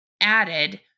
added